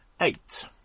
Eight